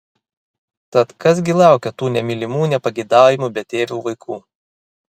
tad kas gi laukia tų nemylimų nepageidaujamų betėvių vaikų